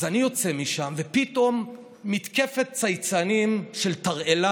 אז אני יוצא משם, ופתאום מתקפת צייצנים של תרעלה: